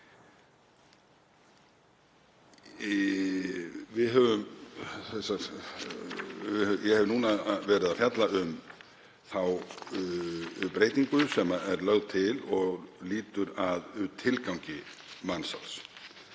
Ég hef núna verið að fjalla um þá breytingu sem er lögð til og lýtur að tilgangi mansals